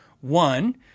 One